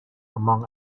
among